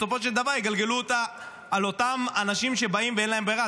בסופו של דבר יגלגלו אותה על אותם אנשים שבאים ואין להם ברירה,